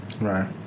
Right